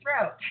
throat